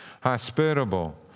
hospitable